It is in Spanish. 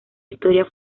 historia